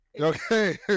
Okay